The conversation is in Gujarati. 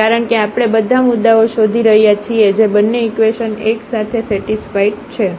કારણ કે આપણે બધા મુદ્દાઓ શોધી રહ્યા છીએ જે બંને ઇકવેશન એક સાથે સેટિસ્ફાઇડ છે